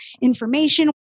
information